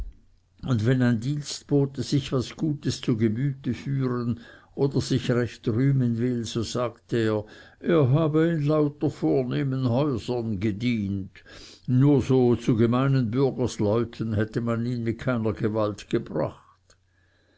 und wenn ein dienstbote sich was gutes zu gemüte führen oder sich recht rühmen will so sagt er er habe in lauter vor nehmen häusern gedient nur so zu gemeinen bürgersleuten hätte man ihn mit keiner gewalt gebracht